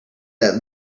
that